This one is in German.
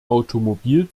automobil